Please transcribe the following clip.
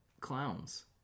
clowns